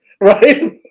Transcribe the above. right